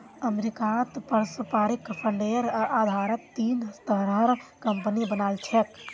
अमरीकात पारस्परिक फंडेर आधारत तीन तरहर कम्पनि बना छेक